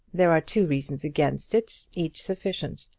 there are two reasons against it, each sufficient.